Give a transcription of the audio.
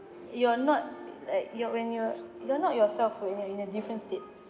you're not like you're when you're you're not yourself when you are in a different state